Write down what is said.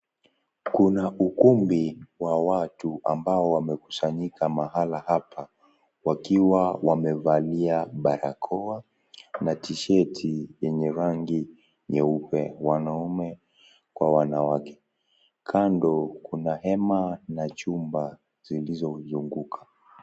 Kuna ukumbi wa watu ambao wamekusanyika mahala hapa, wakiwa wamevalia barakoa na tisheti yenye rangi nyeupe, wanaume kwa wanawake. Kando kuna hema na chumba zilizozunguka.